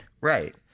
Right